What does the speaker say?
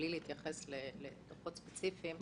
בלי להתייחס לדוחות ספציפיים,